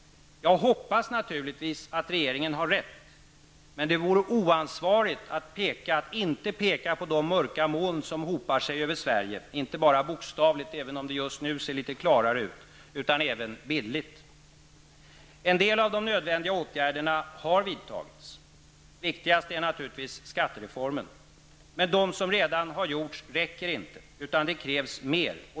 Jag hoppas att regeringen har rätt. Men det vore oansvarigt att inte peka på de mörka moln som hopar sig över Sverige, inte bara bokstavligt även om det just nu ser litet klarare ut, utan även bildligt. En del av de nödvändiga åtgärderna har vidtagits. Viktigast är skattereformen. Men de som redan har gjorts räcker inte. Det krävs mer.